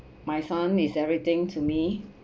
my son is everything to me